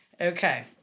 Okay